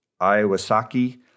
Iwasaki